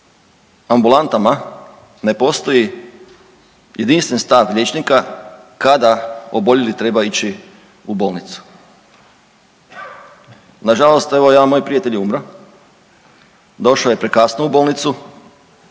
ambulantama ne postoji jedinstven stav liječnika kada oboljeli treba ići u bolnicu. Nažalost, evo jedna moj prijatelj je umro, došao je prekasno u bolnicu,